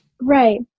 Right